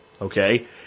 okay